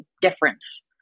difference